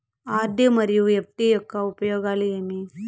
RD మరియు FD యొక్క ఉపయోగాలు ఏమి?